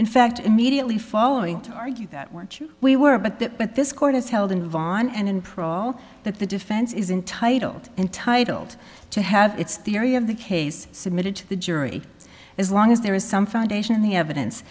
in fact immediately following to argue that weren't you we were but that but this court is held in vonn and in prawle that the defense is entitled entitled to have its theory of the case submitted to the jury as long as there is some foundation in the evidence